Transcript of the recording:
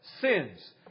sins